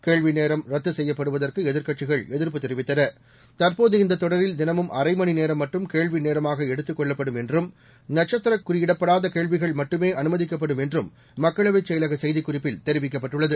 கேள்விநேரம்ரத்துசெய்யப்படுவதற்குஎதிர்க்கட்சிகள்எதி ர்ப்புதெரிவித்தன தற்போதுஇந்ததொடரில்தினமும்அரைமணிநேரம்மட்டு ம்கேள்விநேரமாகஎடுத்துகொள்ளப்படும்என்றும்நட்சத்தி ரக்குறியிடப்படாதகேள்விகள்மட்டுமே அனுமதிக்கப்படும் என்றும்மக்களவைச்செயலகசெய்திக்குறிப்பில்தெரிவிக் கப்பட்டுள்ளது